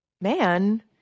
man